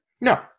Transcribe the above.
No